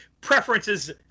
preferences